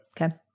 Okay